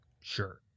sure